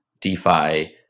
DeFi